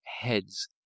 heads